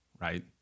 right